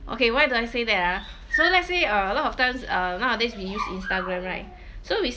okay why do I say that ah so let's say uh a lot of times uh nowadays we use Instagram right so we